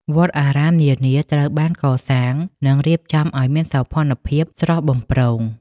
វត្តអារាមនានាត្រូវបានកសាង និងរៀបចំឱ្យមានសោភ័ណភាពស្រស់បំព្រង។